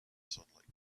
sunlight